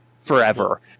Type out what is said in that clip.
forever